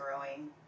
growing